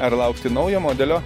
ar laukti naujo modelio